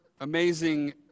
amazing